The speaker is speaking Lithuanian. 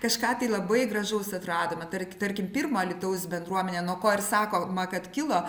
kažką tai labai gražaus atradome tark tarkim pirmo alytaus bendruomenė nuo ko ir sakoma kad kilo